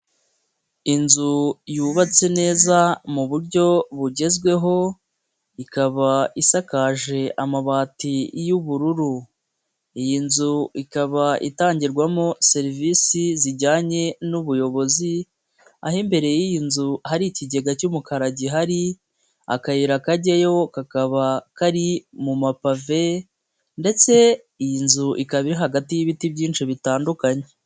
Inzu yubatse neza mu buryo bugezweho ikaba isakaje amabati y'ubururu, iyi nzu ikaba itangirwamo serivisi zijyanye n'ubuyobozi, aho imbere y'iyi nzu hari ikigega cy'umukara gihari, akayira kajyayo kakaba kari mu mapave ndetse iyi nzu ikaba iri hagati y'ibiti byinshi bitandukanye.